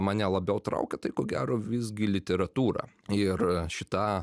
mane labiau traukia tai ko gero visgi literatūra ir šita